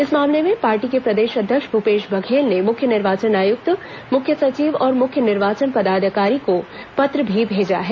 इस मामले में पार्टी के प्रदेश अध्यक्ष भूपेश बघेल ने मुख्य निर्वाचन आयुक्त मुख्य सचिव और मुख्य निर्वाचन पदाधिकारी को पत्र भी भेजा है